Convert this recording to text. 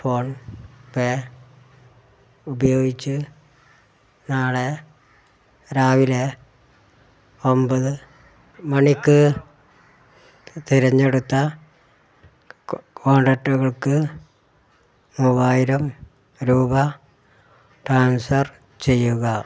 PhonePe ഉപയോഗിച്ച് നാളെ രാവിലെ ഒമ്പത് മണിക്ക് തിരഞ്ഞെടുത്ത കോ കോൺടാക്റ്റുകൾക്ക് മൂവായിരം രൂപ ട്രാൻസ്ഫർ ചെയ്യുക